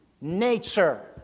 nature